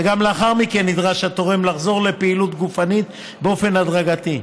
וגם לאחר מכן נדרש התורם לחזור לפעילות גופנית באופן הדרגתי.